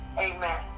Amen